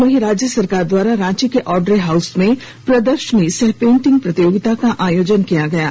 वहीं राज्य सरकार द्वारा रांची के आड्रे हाउस में प्रदर्शनी सह पेंटिंग प्रतियोगिता का आयोजन किया गया है